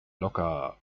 locker